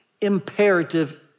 imperative